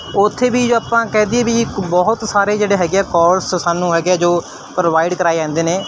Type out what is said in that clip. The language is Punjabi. ਉੱਥੇ ਵੀ ਜੋ ਆਪਾਂ ਕਹਿ ਦਈਏ ਵੀ ਬਹੁਤ ਸਾਰੇ ਜਿਹੜੇ ਹੈਗੇ ਆ ਕੋਰਸ ਸਾਨੂੰ ਹੈਗੇ ਆ ਜੋ ਪ੍ਰੋਵਾਈਡ ਕਰਵਾਏ ਜਾਂਦੇ ਨੇ